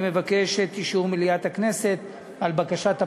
אני מבקש את אישור מליאת הכנסת לבקשת הפיצול.